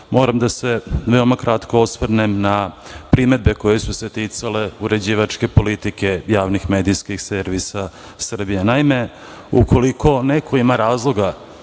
moram da se veoma kratko osvrnem na primedbe koje su se ticale uređivačke politike javnih medijskih servisa Srbije.